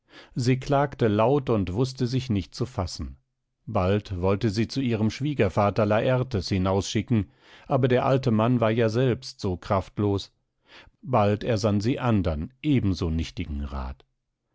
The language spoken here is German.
sie klagte laut und wußte sich nicht zu fassen bald wollte sie zu ihrem schwiegervater lartes hinausschicken aber der alte mann war ja selbst so kraftlos bald ersann sie andern ebenso nichtigen rat